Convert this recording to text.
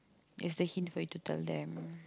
is the hint for you to tell the more